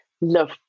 love